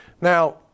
Now